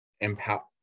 empower